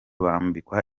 bambikwa